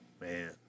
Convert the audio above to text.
Man